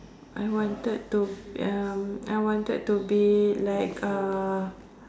I wanted to uh I wanted to be like uh